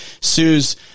sues